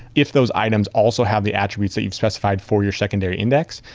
if those items also have the attributes that you've specified for your secondary index,